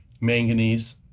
manganese